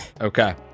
Okay